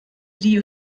die